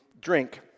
drink